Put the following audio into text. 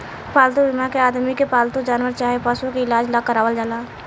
पालतू बीमा के आदमी के पालतू जानवर चाहे पशु के इलाज ला करावल जाला